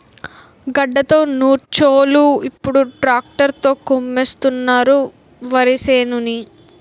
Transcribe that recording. గడ్డతో నూర్చోలు ఇప్పుడు ట్రాక్టర్ తో కుమ్మిస్తున్నారు వరిసేనుని